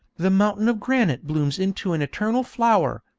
the mountain of granite blooms into an eternal flower,